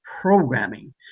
programming